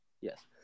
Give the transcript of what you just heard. Yes